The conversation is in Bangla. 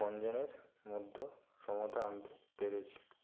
এর মধ্যেও সমতা আনতে পেরেছি